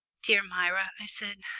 dear myra, i said.